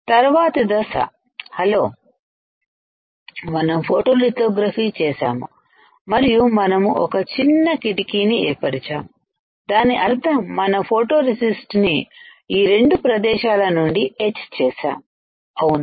తర్వాతి దశ హలో మనము ఫోటో లితో గ్రఫీ చేసాము మరియు మనము ఒక చిన్న కిటికీ ని ఏర్పరి చాము దాని అర్థం మనం ఫోటోరెసిస్ట్ ని ఈ రెండు ప్రదేశాలనుండి ఎచ్ చేసాము అవును